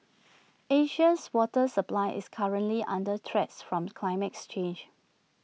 Asia's water supply is currently under threat from climate change